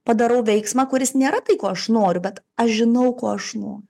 padarau veiksmą kuris nėra tai ko aš noriu bet aš žinau ko aš no